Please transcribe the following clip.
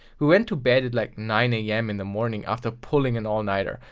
we went to bed at like nine am in the morning, after pulling an all nighter.